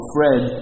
Fred